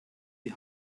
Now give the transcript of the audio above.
die